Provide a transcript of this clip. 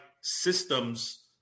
systems